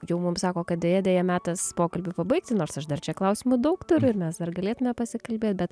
jau mums sako kad deja deja metas pokalbį pabaigti nors aš dar čia klausimų daug turiu ir mes dar galėtume pasikalbėt bet